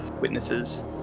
witnesses